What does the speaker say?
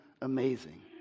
amazing